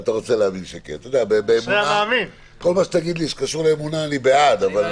כל מה שתגיד לי שקשור לאמונה, אני בעד, אבל